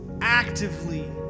actively